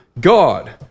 God